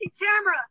camera